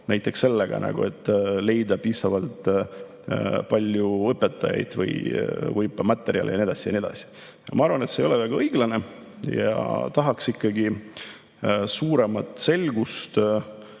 näiteks sellega, et leida piisavalt palju õpetajaid või õppematerjale ja nii edasi ja nii edasi. Ma arvan, et see ei ole väga õiglane. Tahaks ikkagi suuremat selgust